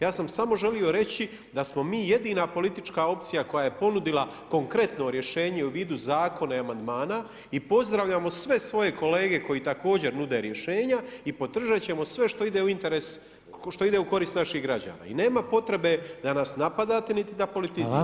Ja sam samo želio reći da smo mi jedina politička opcija koja je ponudila konkretno rješenje u vidu zakona i amandmana i pozdravljamo sve svoje kolege koji također nude rješenja i podržat ćemo sve što ide u korist naših građana i nema potrebe da nas napadate niti da politizirate.